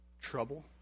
Trouble